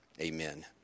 Amen